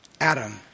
Adam